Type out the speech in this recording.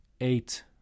eight